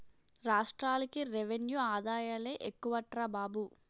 రాష్ట్రాలకి రెవెన్యూ ఆదాయాలే ఎక్కువట్రా బాబు